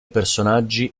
personaggi